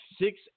six